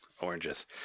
oranges